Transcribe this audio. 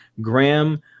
Graham